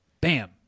bam